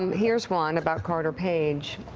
um here's one about carter page.